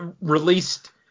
released